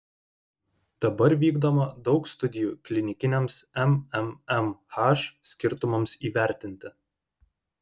dabar vykdoma daug studijų klinikiniams mmmh skirtumams įvertinti